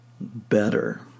better